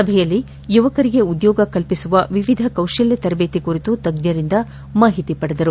ಸಭೆಯಲ್ಲಿ ಯುವಕರಿಗೆ ಉದ್ಯೋಗ ಕಲ್ಪಿಸುವ ವಿವಿಧ ಕೌಶಲ್ಯ ತರದೇತಿ ಕುರಿತು ತಜ್ಷರಿಂದ ಮಾಹಿತಿ ಪಡೆದರು